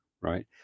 right